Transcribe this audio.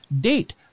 date